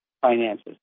finances